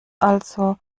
also